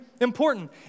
important